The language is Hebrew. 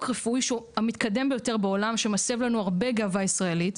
רפואי שהוא המתקדם ביותר בעולם שמסב לנו הרבה גאווה ישראלית,